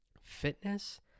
Fitness